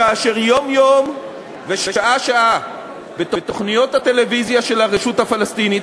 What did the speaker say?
כאשר יום-יום ושעה-שעה בתוכניות הטלוויזיה של הרשות הפלסטינית,